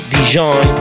Dijon